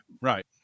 Right